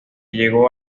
llegó